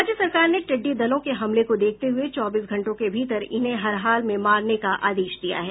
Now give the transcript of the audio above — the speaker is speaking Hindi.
राज्य सरकार ने टिड़डी दलों के हमले को देखते हुए चौबीस घंटों के भीतर इन्हें हर हाल में मारने का आदेश दिया है